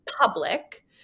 public